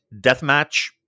deathmatch